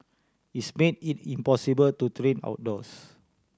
it's made it impossible to train outdoors